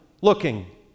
looking